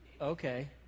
Okay